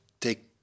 take